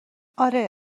آره